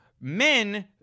men